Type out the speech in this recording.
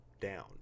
down